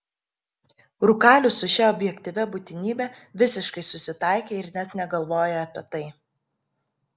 rūkalius su šia objektyvia būtinybe visiškai susitaikė ir net negalvoja apie tai